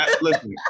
Listen